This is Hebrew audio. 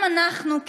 גם אנחנו,